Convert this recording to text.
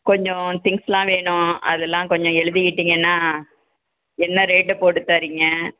கொஞ்சம் திங்க்ஸ்ஸெலாம் வேணும் அதெல்லாம் கொஞ்சம் எழுதிக்கிட்டீங்கன்னா என்ன ரேட்டு போட்டு தர்றீங்க